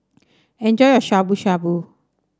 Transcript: enjoy your Shabu Shabu